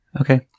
Okay